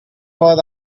was